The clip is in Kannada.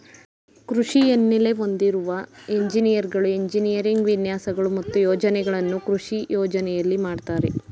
ಕೃಷಿ ಹಿನ್ನೆಲೆ ಹೊಂದಿರುವ ಎಂಜಿನಿಯರ್ಗಳು ಎಂಜಿನಿಯರಿಂಗ್ ವಿನ್ಯಾಸಗಳು ಮತ್ತು ಯೋಜನೆಗಳನ್ನು ಕೃಷಿ ಯೋಜನೆಯಲ್ಲಿ ಮಾಡ್ತರೆ